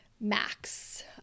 max